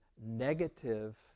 negative